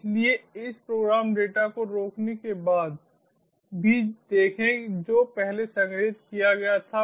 इसलिए इस program data को रोकने के बाद भी देखें जो पहले संग्रहीत किया गया था